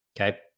okay